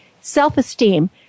Self-esteem